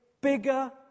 bigger